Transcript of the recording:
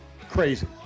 crazy